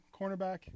cornerback